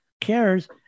cares